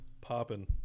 popping